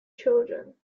children